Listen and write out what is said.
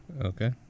Okay